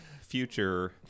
future